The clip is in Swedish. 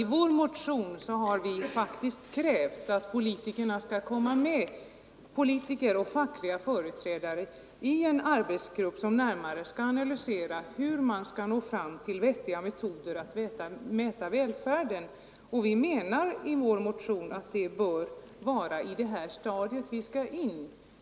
I vår motion har vi faktiskt krävt att politiker och fackliga företrädare skall komma med i en arbetsgrupp som närmare skall analysera hur man skall nå fram till vettiga metoder att mäta välfärden. Vi menar att ett samarbete bör ske redan på detta stadium.